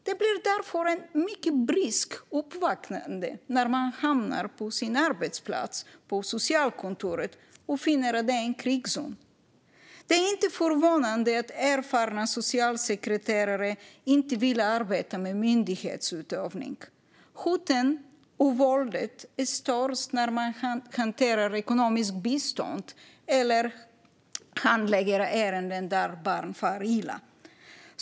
Det blir därför ett mycket bryskt uppvaknande när man hamnar på sin arbetsplats på socialkontoret och finner att den är en krigszon. Det är inte förvånande att erfarna socialsekreterare inte vill arbeta med myndighetsutövning. Hoten och våldet är värst när man hanterar ekonomiskt bistånd eller handlägger ärenden där barn far illa.